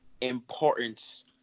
importance